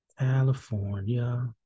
California